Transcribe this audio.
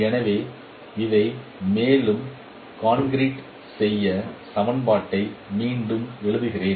எனவே இதை மேலும் கான்கிரீட் செய்ய சமன்பாட்டை மீண்டும் எழுதுகிறேன்